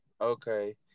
okay